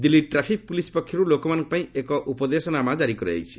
Delhi traffic police ପକ୍ଷରୁ ଲୋକମାନଙ୍କ ପାଇଁ ପାଇଁ ଏକ ଉପଦେଶନାମା ଜାରି କରାଯାଇଛି